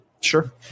Sure